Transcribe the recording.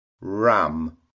ram